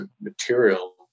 material